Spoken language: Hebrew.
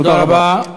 תודה רבה.